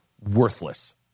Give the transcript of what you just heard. worthless